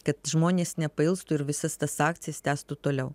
kad žmonės nepailstų ir visas tas akcijas tęstų toliau